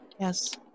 Yes